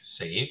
save